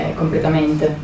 completamente